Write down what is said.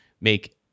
make